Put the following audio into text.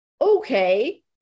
okay